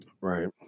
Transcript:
right